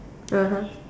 (uh huh)